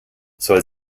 soll